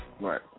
Right